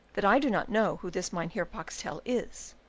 that i do not know who this mynheer boxtel is,